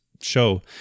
show